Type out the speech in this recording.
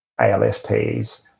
alsps